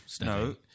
no